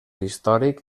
històric